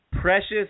Precious